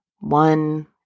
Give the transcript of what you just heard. one